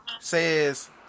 says